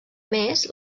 més